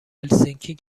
هلسینکی